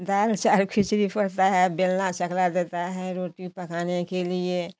दाल चाउर खिचड़ी पड़ती है बेलना चकला देता है रोटी पकाने के लिए